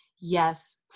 yes